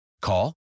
Call